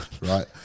right